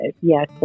yes